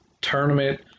tournament